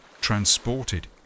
transported